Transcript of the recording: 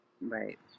Right